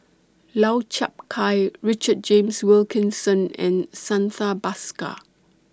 Lau Chiap Khai Richard James Wilkinson and Santha Bhaskar